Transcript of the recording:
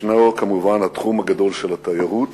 יש, כמובן, התחום הגדול של התיירות